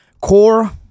CORE